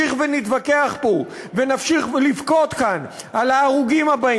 לך לעזה לנגב חומוס.